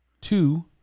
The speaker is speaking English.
two